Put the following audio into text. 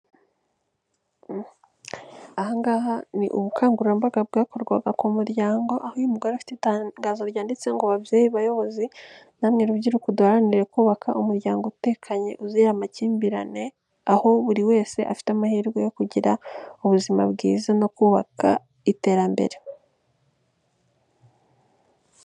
Aha ngaha ni ubukangurambaga bwakorwaga ku muryango, aho uyugore afite itangazo ryanditse ngo ababyeyi bayobozi namwe urubyiruko duharanire kubaka umuryango utekanye uzira amakimbirane, aho buri wese afite amahirwe yo kugira ubuzima bwiza no kubaka iterambere.